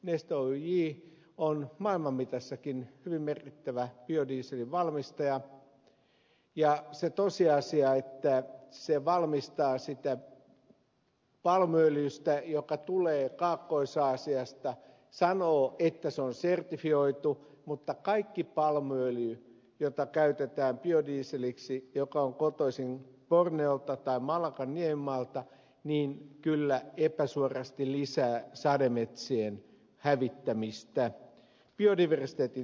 neste oyj on maailman mitassakin hyvin merkittävä biodieselin valmistaja ja se tosiasia että se valmistaa sitä palmuöljystä joka tulee kaakkois aasiasta sanoo että se on sertifioitu mutta kaikki palmuöljy jota käytetään biodieseliksi ja joka on kotoisin borneolta tai malakan niemimaalta kyllä epäsuorasti lisää sademetsien hävittämistä biodiversiteetin tuhoamista